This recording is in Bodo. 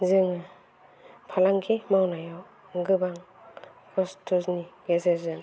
जोङो फालांगि मावनायाव गोबां खस्थ'नि गेजेरजों